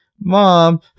mom